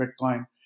Bitcoin